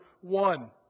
one